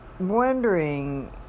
wondering